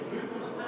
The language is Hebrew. תוריד אותו.